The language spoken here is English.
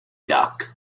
duck